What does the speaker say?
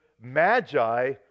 magi